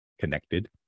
connected